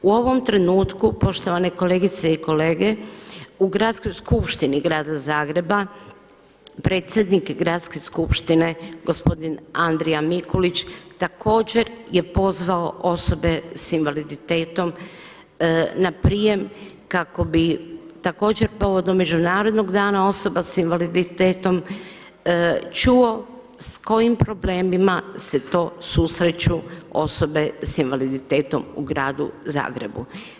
U ovom trenutku poštovane kolegice i kolege u Gradskoj skupštini Grada Zagreba predsjednik Gradske Skupštine gospodin Andrija Mikulić također je pozvao osobe sa invaliditetom na prijem kako bi također povodom Međunarodnog dana osoba sa invaliditetom čuo s kojim problemima se to susreću osobe sa invaliditetom u Gradu Zagrebu.